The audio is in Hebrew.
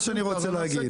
מה שאני רוצה להגיד,